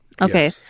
okay